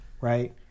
right